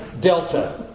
Delta